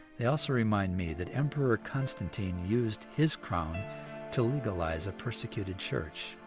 they also reminded me that emperor constantine. used his crown to legalize a persecuted church.